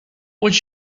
would